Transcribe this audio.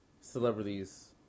celebrities